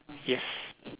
yes